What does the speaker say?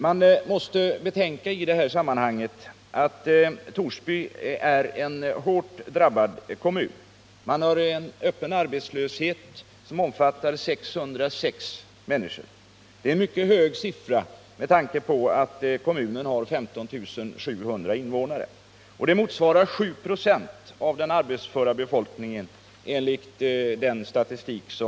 Vi måste i detta sammanhang betänka att Torsby redan är en hårt drabbad kommun. Man har där en öppen arbetslöshet som omfattar 606 människor, vilket är en mycket hög siffra med tanke på att kommunen bara har 15 700 invånare — det motsvarar 7 96 av den arbetsföra befolkningen enligt SCB:s statistik.